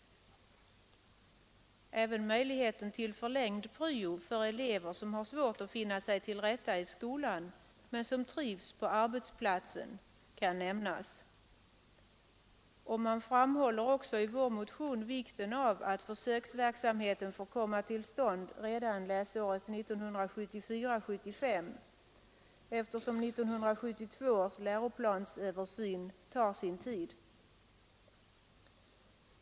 Även möjligheten till förlängd pryo för elever, som har svårt att finna sig till rätta i skolan men trivs på arbetsplatsen, kan nämnas. I vår motion framhålls också vikten av att försöksverksamheten får komma till stånd redan läsåret 1974/75, eftersom 1972 års läroplans översyn tar sin tid.